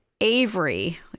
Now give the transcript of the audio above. Avery